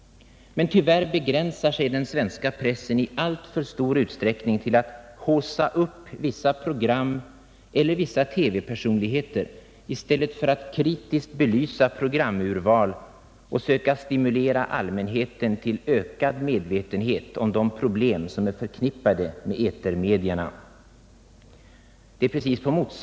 Men tyvärr begränsar sig den svenska pressen i alltför stor utsträckning till att haussa upp vissa program eller vissa TV-personligheter i stället för att kritiskt belysa programurval och söka stimulera allmänheten till ökad medvetenhet om de problem som är förknippade med etermedierna.